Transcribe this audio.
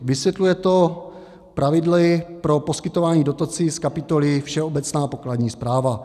Vysvětluje to pravidly pro poskytování dotací z kapitoly Všeobecná pokladní správa.